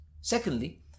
Secondly